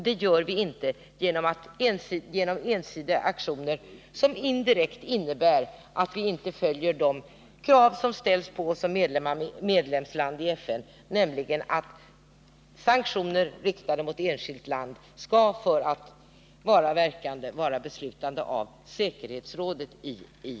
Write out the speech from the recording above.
Det gör vi inte genom ensidiga aktioner som indirekt innebär att vi inte följer de krav som ställs på oss som medlemsland i FN, nämligen att sanktioner riktade mot enskilt land skall för att vara verkande beslutas av säkerhetsrådet i FN.